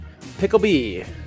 Picklebee